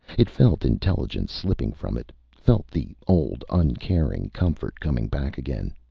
it felt intelligence slipping from it, felt the old, uncaring comfort coming back again.